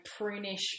prunish